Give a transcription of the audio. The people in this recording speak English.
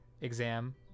exam